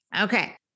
Okay